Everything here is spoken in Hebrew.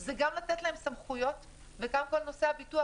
זה גם לתת להם סמכויות וגם בנושא הביטוח,